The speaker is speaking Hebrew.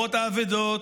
למרות האבדות,